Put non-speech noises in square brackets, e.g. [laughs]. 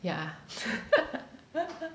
yeah [laughs]